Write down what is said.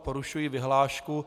Porušuji vyhlášku.